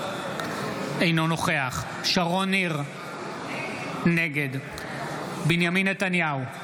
אינו נוכח שרון ניר, נגד בנימין נתניהו,